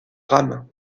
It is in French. rame